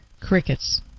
Crickets